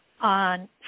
on